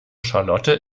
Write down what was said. charlotte